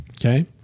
okay